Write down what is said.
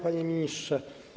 Panie Ministrze!